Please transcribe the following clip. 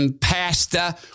pasta